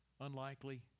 unlikely